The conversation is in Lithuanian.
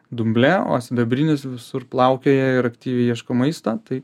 dumble o sidabrinis visur plaukioja ir aktyviai ieško maisto tai